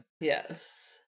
Yes